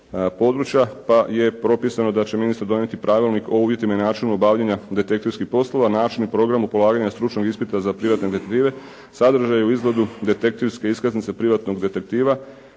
pa je propisano da će ministar donijeti Pravilnik o uvjetima i načinu obavljanja detektivskih poslova, načinu i programu polaganja stručnog ispita za privatne detektive, sadržaju, izgledu detektivske iskaznice privatnog detektiva,